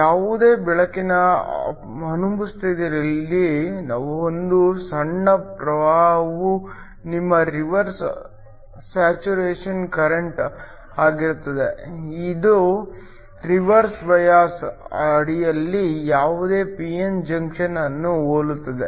ಯಾವುದೇ ಬೆಳಕಿನ ಅನುಪಸ್ಥಿತಿಯಲ್ಲಿ ಒಂದು ಸಣ್ಣ ಪ್ರವಾಹವು ನಿಮ್ಮ ರಿವರ್ಸ್ ಸ್ಯಾಚುರೇಶನ್ ಕರೆಂಟ್ ಆಗಿರುತ್ತದೆ ಇದು ರಿವರ್ಸ್ ಬಯಾಸ್ ಅಡಿಯಲ್ಲಿ ಯಾವುದೇ p n ಜಂಕ್ಷನ್ ಅನ್ನು ಹೋಲುತ್ತದೆ